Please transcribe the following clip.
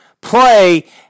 play